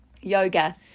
Yoga